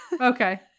Okay